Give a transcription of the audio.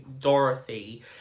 dorothy